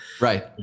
Right